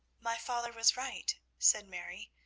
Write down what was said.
my father was right, said mary,